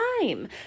time